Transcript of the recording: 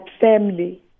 family